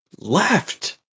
Left